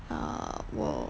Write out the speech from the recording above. err 我